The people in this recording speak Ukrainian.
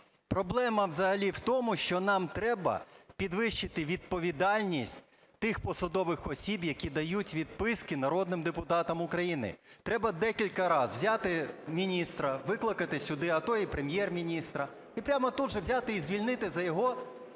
Проблема взагалі в тому, що нам треба підвищити відповідальність тих посадових осіб, які дають відписки народним депутатам України. Треба декілька разів взяти міністра, викликати сюди, а то і Прем'єр-міністра, і прямо тут же взяти і звільнити за його